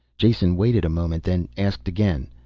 jason waited a moment, then asked again.